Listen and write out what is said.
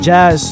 Jazz